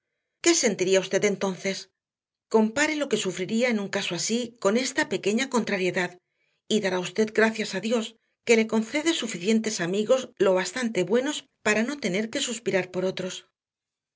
qué sentiría usted entonces compare lo que sufriría en un caso así con esta pequeña contrariedad y dará usted gracias a dios que le concede suficientes amigos lo bastante buenos para no tener que suspirar por otros